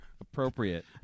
appropriate